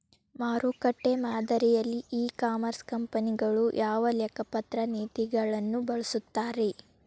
ಮಾರುಕಟ್ಟೆ ಮಾದರಿಯಲ್ಲಿ e commerce ಕಂಪನಿಗಳು ಯಾವ ಲೆಕ್ಕಪತ್ರ ನೇತಿಗಳನ್ನ ಬಳಸುತ್ತಾರಿ?